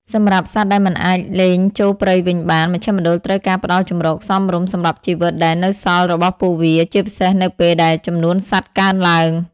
សម្រាប់សត្វដែលមិនអាចលែងចូលព្រៃវិញបាន មជ្ឈមណ្ឌលត្រូវការផ្តល់ជម្រកសមរម្យសម្រាប់ជីវិតដែលនៅសល់របស់ពួកវា ជាពិសេសនៅពេលដែលចំនួនសត្វកើនឡើង។